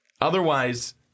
Otherwise